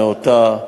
נאותה.